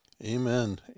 Amen